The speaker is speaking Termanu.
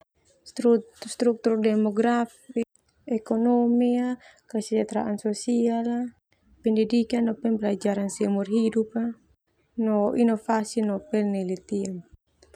Stru-struktur demografi, ekonomi, kesejahteraan sosial, pendidikan no pembelajaran seumur hidup no inovasi no penelitian.